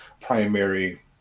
primary